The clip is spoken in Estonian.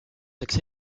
saaks